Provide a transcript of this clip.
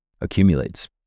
accumulates